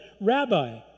Rabbi